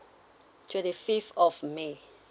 twenty fifth of may